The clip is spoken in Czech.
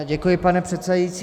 Děkuji, pane předsedající.